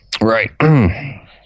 Right